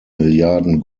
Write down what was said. milliarden